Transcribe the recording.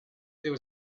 there